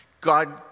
God